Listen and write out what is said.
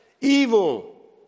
Evil